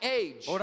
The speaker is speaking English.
age